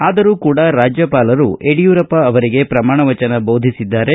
ಆದರೂ ಕೂಡಾ ರಾಜ್ಯಪಾಲರು ಯಡಿಯೂರಪ್ಪ ಅವರಿಗೆ ಪ್ರಮಾಣ ವಚನ ಬೋಧಿಸಿದ್ದಾರೆ